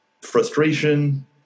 frustration